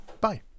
bye